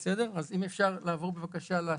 אני אזכיר בקצרה.